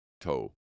toe